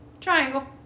Triangle